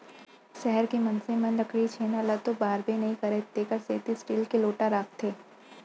सहर के मनसे मन लकरी छेना ल तो बारबे नइ करयँ तेकर सेती स्टील के लोटा राखथें